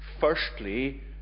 firstly